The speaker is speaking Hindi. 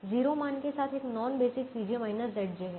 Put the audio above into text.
0 मान के साथ एक नॉन बेसिक है